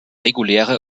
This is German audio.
reguläre